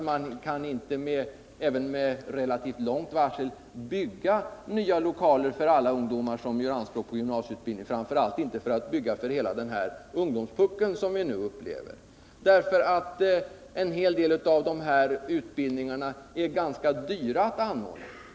Man kan inte ens med relativt långt varsel bygga nya lokaler för alla ungdomar som gör anspråk på gymnasieutbildning, och framför allt kan man inte bygga för hela den ungdomspuckel vi nu har. En hel del av de här utbildningarna är ganska dyra att anordna.